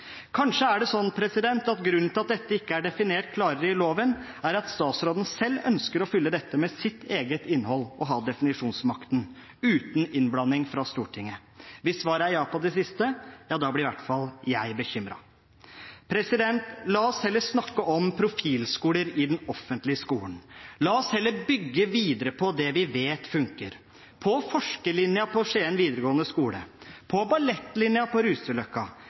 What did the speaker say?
Kanskje er det sånn at grunnen til at dette ikke er definert klarere i loven, er at statsråden selv ønsker å fylle dette med sitt eget innhold og ha definisjonsmakten, uten innblanding fra Stortinget. Hvis svaret er ja på det siste, da blir i hvert fall jeg bekymret. La oss heller snakke om profilskoler i den offentlige skolen. La oss heller bygge videre på det vi vet funker: på forskerlinja på Skien videregående skole, på ballettlinja på Ruseløkka,